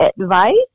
advice